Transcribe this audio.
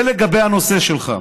זה לגבי הנושא שלך.